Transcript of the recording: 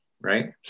right